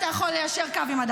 אתה רוצה שאני אפנה אליך במקום?